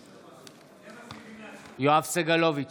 בעד יואב סגלוביץ'